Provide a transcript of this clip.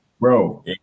bro